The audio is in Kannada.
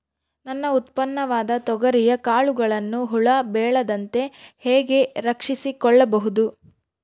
ನನ್ನ ಉತ್ಪನ್ನವಾದ ತೊಗರಿಯ ಕಾಳುಗಳನ್ನು ಹುಳ ಬೇಳದಂತೆ ಹೇಗೆ ರಕ್ಷಿಸಿಕೊಳ್ಳಬಹುದು?